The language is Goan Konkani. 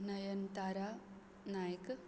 नयनतारा नायक